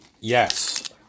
Yes